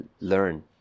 learn